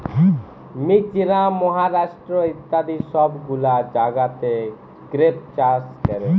মিজরাম, মহারাষ্ট্র ইত্যাদি সব গুলা জাগাতে গ্রেপ চাষ ক্যরে